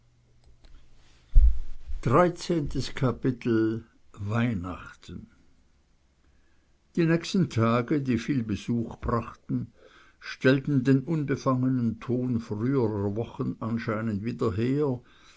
der straaten weihnachten die nächsten tage die viel besuch brachten stellten den unbefangenen ton früherer wochen anscheinend wieder her